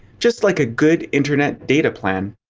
just like a good internet data plan.